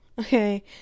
Okay